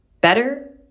Better